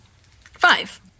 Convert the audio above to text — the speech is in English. Five